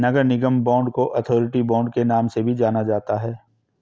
नगर निगम बांड को authority bond के नाम से भी जाना जाता है